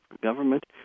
government